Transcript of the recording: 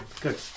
Good